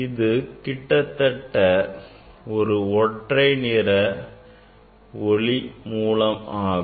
இது கிட்டத்தட்ட ஒரு ஒற்றை நிற ஒளி மூலமாகும்